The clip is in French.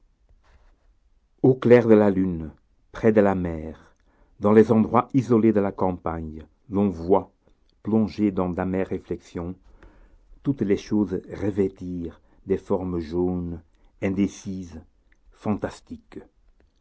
au clair de la lune près de la mer dans les endroits isolés de la campagne l'on voit plongé dans d'amères réflexions toutes les choses revêtir des formes jaunes indécises fantastiques